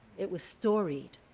it was storied.